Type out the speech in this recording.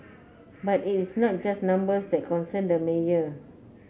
but it is not just numbers that concern the mayor